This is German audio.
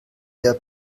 der